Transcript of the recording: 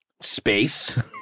space